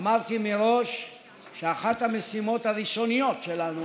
אמרתי מראש שאחת המשימות הראשוניות שלנו